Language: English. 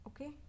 okay